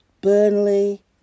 Burnley